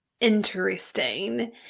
interesting